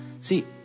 See